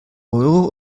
euro